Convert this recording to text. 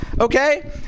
okay